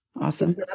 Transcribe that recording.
awesome